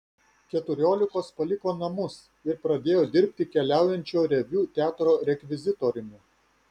keturiolikos paliko namus ir pradėjo dirbti keliaujančio reviu teatro rekvizitoriumi